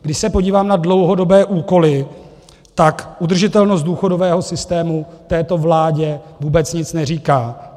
Když se podívám na dlouhodobé úkoly, tak udržitelnost důchodového systému této vládě vůbec nic neříká.